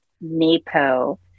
NAPO